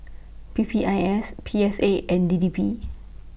P P I S P S A and D D P